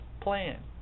plan